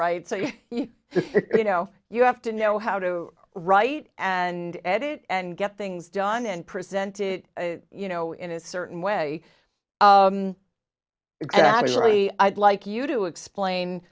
right you know you have to know how to write and edit and get things done and present it you know in a certain way exaggerate i'd like you to explain